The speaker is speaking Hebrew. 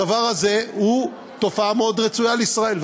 הדבר הזה הוא תופעה רצויה מאוד לישראל,